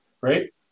Right